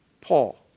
Paul